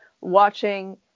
watching